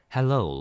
Hello